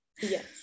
Yes